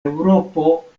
eŭropo